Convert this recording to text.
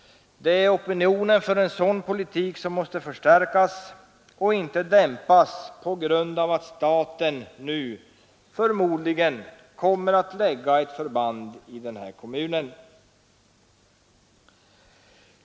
Opinionen för en sådan politik måste förstärkas och inte dämpas på grund av att staten nu lägger ett förband i kommunen.